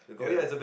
yeah